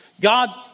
God